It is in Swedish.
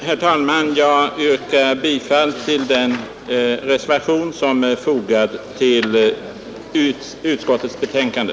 Herr talman! Jag yrkar bifall till den reservation som är fogad vid utskottets betänkande.